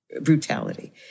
brutality